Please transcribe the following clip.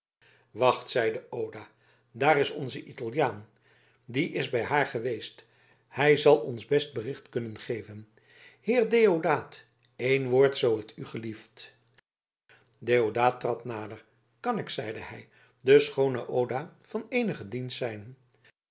wacht zeide oda daar is onze italiaan die is bij haar geweest hij zal ons best bericht kunnen geven ridder deodaat een woord zoo t u gelieft deodaat trad nader kan ik zeide hij de schoone oda van eenigen dienst zijn